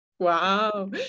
Wow